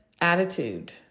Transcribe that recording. attitude